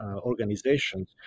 organizations